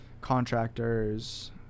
contractors